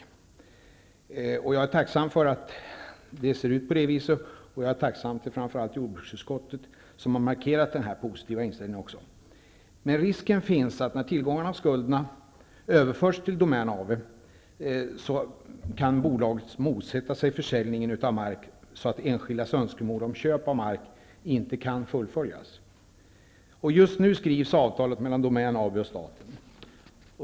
Det är jag tacksam för och för att framför allt jordbruksutskottet har markerat denna positiva inställning. Men när tillgångar och skulder överförts till Domän AB finns det en risk för att bolaget motsätter sig försäljningen av mark, så att enskildas önskemål om köp av mark inte kan fullföljas. Just nu skrivs avtalet mellan Domän AB och staten.